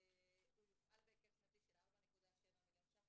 הוא יופעל בהיקף שנתי של 4.7 מיליון ₪.